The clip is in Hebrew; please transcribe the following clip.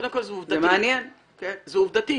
זה עובדתית.